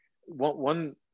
one